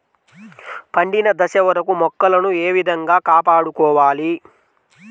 పండిన దశ వరకు మొక్కలను ఏ విధంగా కాపాడుకోవాలి?